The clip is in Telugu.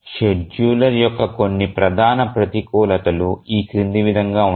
షెడ్యూలర్ యొక్క కొన్ని ప్రధాన ప్రతికూలతలు ఈ క్రింది విధంగా ఉన్నాయి